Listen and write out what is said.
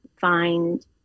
find